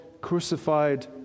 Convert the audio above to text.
crucified